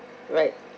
right